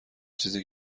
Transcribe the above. چیزی